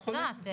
את יודעת.